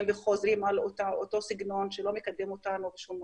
וחוזרים על אותו סגנון שלא מקדם אותנו לשום מקום.